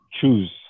choose